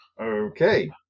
Okay